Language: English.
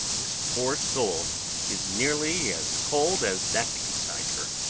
this poor soul is nearly as cold as that beside her.